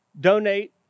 donate